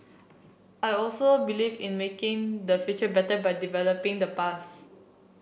I also believe in making the future better by developing the bus